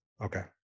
Okay